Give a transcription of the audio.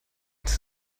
das